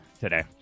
today